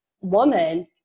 woman